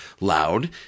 loud